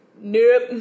nope